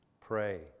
pray